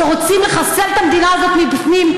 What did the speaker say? שרוצים לחסל את המדינה הזאת מבפנים,